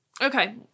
Okay